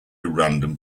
random